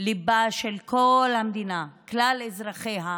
ליבה של כל המדינה, כלל אזרחיה,